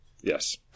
yes